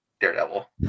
daredevil